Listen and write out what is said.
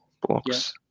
box